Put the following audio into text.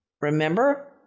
Remember